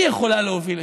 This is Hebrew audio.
היא יכולה להוביל לשחיתות.